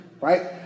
Right